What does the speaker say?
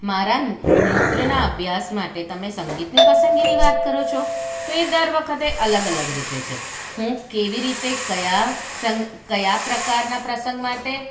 મારા ન્ર નૃત્યના અભ્યાસ માટે તમે સંગીતની પસંદગીની વાત કરો છો તો એ દર વખતે અલગ અલગ રીતે છે હું કેવી રીતે કયા સં કયા પ્રકારના પ્રસંગ માટે